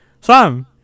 Sam